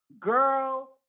girl